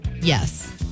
yes